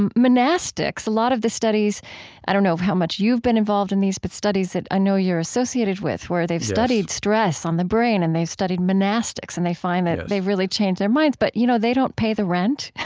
um monastics a lot of the studies i don't know how much you've been involved in these, but studies that i know you're associated with where, yes, they've studied stress on the brain and they've studied monastics and they find that they really change their minds. but, you know, they don't pay the rent.